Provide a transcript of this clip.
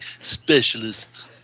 specialist